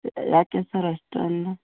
ಯಾಕೆ ಸರ್ ಅಷ್ಟೊಂದು